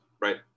right